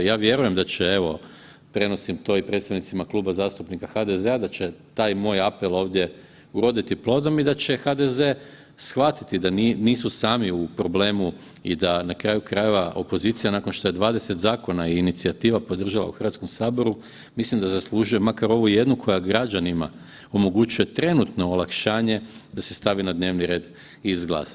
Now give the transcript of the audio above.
Ja vjerujem da će evo prenosim to i predstavnicima Kluba zastupnika HDZ-a da će taj moj apel ovdje uroditi plodom i da će HDZ shvatiti da nisu sami u problemu i da na kraju krajeva opozicija nakon što je 20 zakona i inicijativa podržala u HS mislim da zaslužuje makar ovu jednu koja građanima omogućuje trenutno olakšanje da se stavi na dnevni red i izglasa.